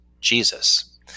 Jesus